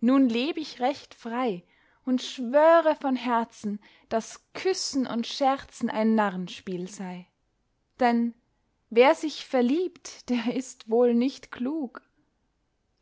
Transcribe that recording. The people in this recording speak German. nun leb ich recht frei und schwöre von herzen daß küssen und scherzen ein narrenspiel sei denn wer sich verliebt der ist wohl nicht klug